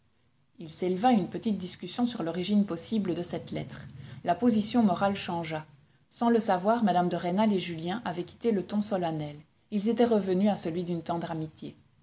il s'éleva une petite discussion sur l'origine possible de cette lettre la position morale changea sans le savoir mme de rênal et julien avaient quitté le ton solennel ils étaient revenus à celui d'une tendre amitié